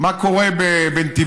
מה קורה בנתיבות?